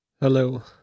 Hello